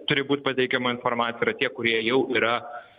turi būt pateikiama informacija yra tie kurie jau yra